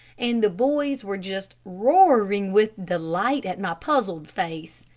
and the boys were just roaring with delight at my puzzled face.